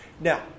Now